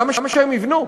למה שהם יבנו?